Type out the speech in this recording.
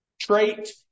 trait